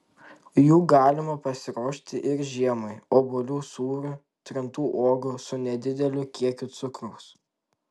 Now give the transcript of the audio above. jų galima pasiruošti ir žiemai obuolių sūrių trintų uogų su nedideliu kiekiu cukraus